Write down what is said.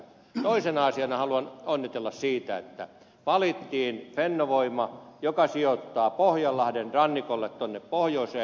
toisena asiana haluan onnitella siitä että valittiin fennovoima joka sijoittaa pohjanlahden rannikolle tuonne pohjoiseen